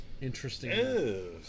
Interesting